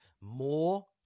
more